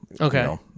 Okay